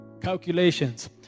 calculations